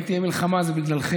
אם תהיה מלחמה, זה בגללכם.